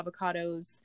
avocados